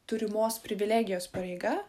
turimos privilegijos pareiga